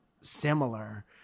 similar